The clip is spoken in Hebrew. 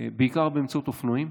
בעיקר באמצעות אופנועים,